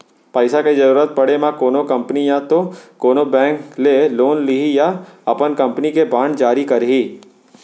पइसा के जरुरत पड़े म कोनो कंपनी या तो कोनो बेंक ले लोन लिही या अपन कंपनी के बांड जारी करही